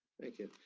thank you.